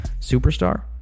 superstar